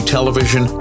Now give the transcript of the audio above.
Television